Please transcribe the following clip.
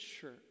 Church